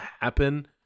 happen